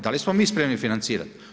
Da li smo mi spremni financirati?